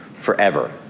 Forever